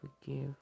forgive